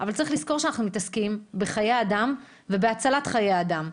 אבל צריך לזכור שאנחנו מתעסקים בחיי אדם ובהצלת חיי אדם.